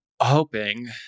hoping